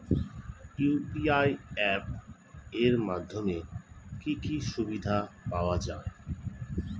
UPI app এর মাধ্যমে কি কি সুবিধা পাওয়া যায়?